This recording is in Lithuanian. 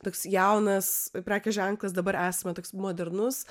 toks jaunas prekės ženklas dabar esame toks modernus